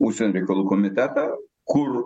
užsienio reikalų komitetą kur